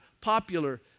popular